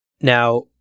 now